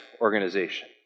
organization